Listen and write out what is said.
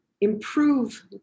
improve